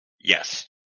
Yes